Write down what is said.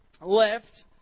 left